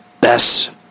best